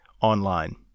online